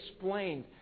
explained